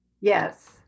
Yes